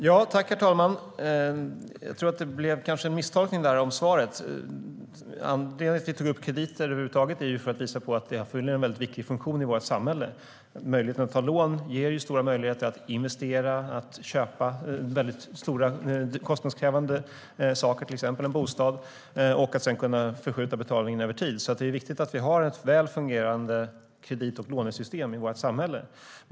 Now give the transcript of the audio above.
Herr talman! Det blev kanske en misstolkning av svaret. Mitt syfte med att ta upp krediter över huvud taget var att visa på att de fyller en väldigt viktig funktion i vårt samhälle. Låntagande ger stora möjligheter att investera eller köpa väldigt stora och kostnadskrävande saker, till exempel en bostad, och sedan fördela betalningen över tid. Det är viktigt att vi har ett väl fungerande kredit och lånesystem i vårt samhälle.